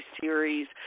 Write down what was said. series